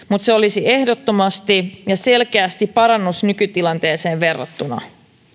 mutta se olisi ehdottomasti ja selkeästi parannus nykytilanteeseen verrattuna